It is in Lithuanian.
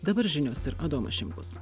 dabar žinios ir adomas šimkus